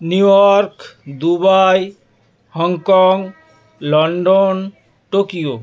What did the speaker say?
new York Dubai Hong Kong London Tokyo